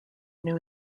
new